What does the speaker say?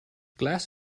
glass